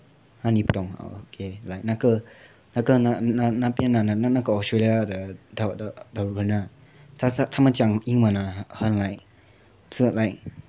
!huh! 你不懂 okay like 那个那个那那边啊那个 australia 的的人啊他他们讲英文啊很 like 不是 like